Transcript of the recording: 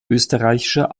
österreichischer